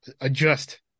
adjust